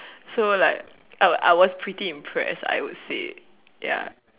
so like I I was pretty impressed I would say ya